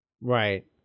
Right